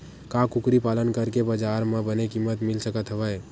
का कुकरी पालन करके बजार म बने किमत मिल सकत हवय?